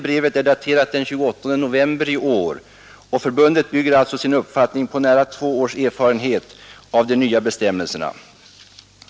Brevet är daterat den 28 november i år, och förbundet bygger alltså sin uppfattning på nära två års erfarenhet av de nya bestämmelserna.